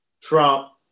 Trump